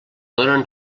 donen